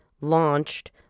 launched